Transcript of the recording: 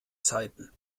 zeiten